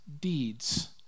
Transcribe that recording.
deeds